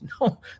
No